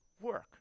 work